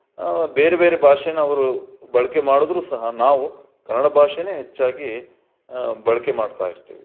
ಬೇರೆ ಬೇರೆ ಭಾಷೇನಾ ಅವರು ಬಳಕೆ ಮಾಡಿದ್ರೂ ಸಹ ನಾವು ಕನ್ನಡ ಭಾಷೇನೇ ಹೆಚ್ಚಾಗಿ ಬಳಕೆ ಮಾಡ್ತಾ ಇರ್ತೀವಿ